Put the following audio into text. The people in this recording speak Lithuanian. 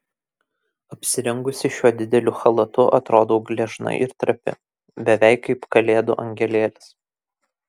apsirengusi šiuo dideliu chalatu atrodau gležna ir trapi beveik kaip kalėdų angelėlis